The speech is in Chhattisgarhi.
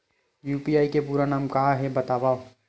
यू.पी.आई के पूरा नाम का हे बतावव?